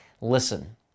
Listen